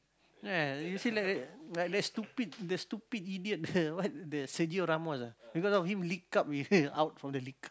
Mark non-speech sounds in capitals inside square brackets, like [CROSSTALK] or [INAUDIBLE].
right you see like uh like stupid the stupid idiot the what the Sergio-Ramos ah because of him League up with [LAUGHS] out from the League